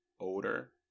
odor